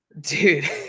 Dude